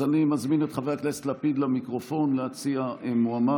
אז אני מזמין את חבר הכנסת לפיד למיקרופון להציע מועמד,